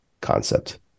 concept